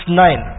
nine